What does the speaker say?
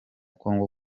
kongo